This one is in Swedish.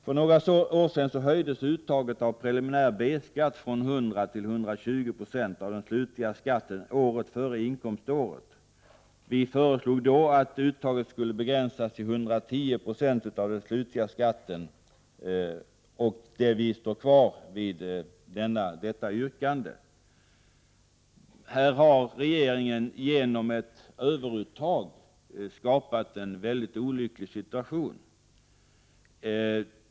För några år sedan höjdes uttaget av preliminär B-skatt från 100 till 120 96 av den slutliga skatten året före inkomståret. Folkpartiet föreslog då att uttaget skulle begränsas till 110 26 av den slutliga skatten, och vi står kvar vid detta yrkande. Här har regeringen genom ett överuttag skapat en mycket olycklig situation.